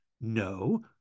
No